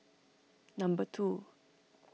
number two